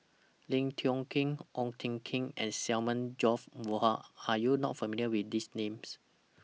Lim Tiong Ghee Ong Tjoe Kim and Samuel George Bonham Are YOU not familiar with These Names